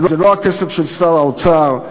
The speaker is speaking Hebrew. זה לא הכסף של שר האוצר,